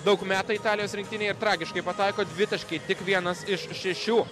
daug metų italijos rinktinėje tragiškai pataiko dvitaškį tik vienas iš šešių